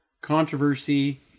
Controversy